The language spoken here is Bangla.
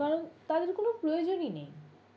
কারণ তাদের কোনো প্রয়োজনই নেই